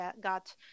got